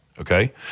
Okay